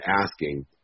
asking